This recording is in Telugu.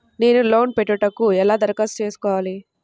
నేను లోన్ పెట్టుకొనుటకు ఎలా దరఖాస్తు చేసుకోవాలి?